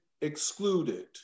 excluded